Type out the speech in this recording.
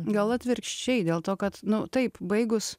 gal atvirkščiai dėl to kad nu taip baigus